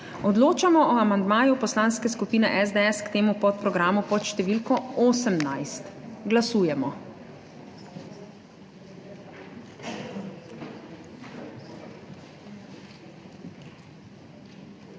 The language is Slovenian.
Odločamo o amandmaju Poslanske skupine SDS k temu podprogramu pod številko 1. Glasujemo.